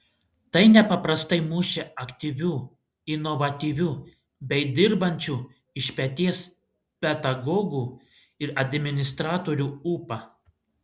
tai nepaprastai mušė aktyvių inovatyvių bei dirbančių iš peties pedagogų ir administratorių ūpą